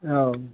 औ